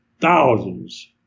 Thousands